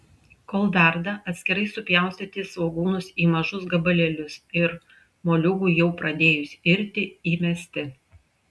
kol verda atskirai supjaustyti svogūnus į mažus gabalėlius ir moliūgui jau pradėjus irti įmesti